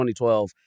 2012